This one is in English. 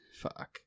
fuck